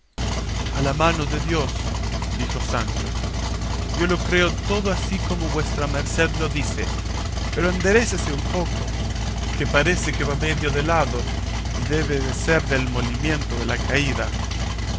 a la mano de dios dijo sancho yo lo creo todo así como vuestra merced lo dice pero enderécese un poco que parece que va de medio lado y debe de ser del molimiento de la caída